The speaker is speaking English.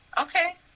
Okay